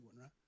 right